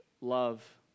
love